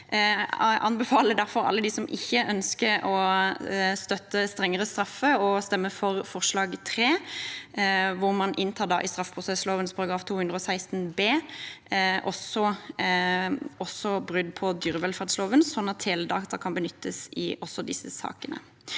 Jeg anbefaler derfor alle dem som ikke ønsker å støtte strengere straffer, å stemme for forslag nr. 3, hvor man i straffeprosesslovens § 216 b inntar brudd på dyrevelferdsloven slik at teledata kan benyttes i disse sakene.